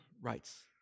rights